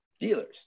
dealers